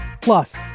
Plus